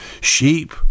sheep